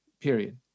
period